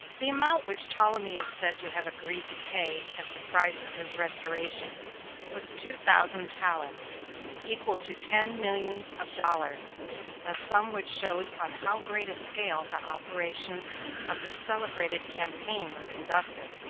the amount which ptolemy is said to have agreed to pay as the price of his restoration was two thousand talents equal to ten millions of dollars a sum which shows on how great a scale the operations of this celebrated campaign were conducted.